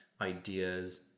ideas